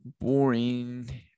boring